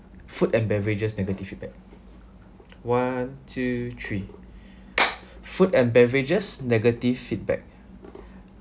food and beverages negative feedback one two three food and beverages negative feedback